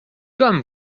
comme